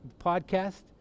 podcast